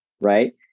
right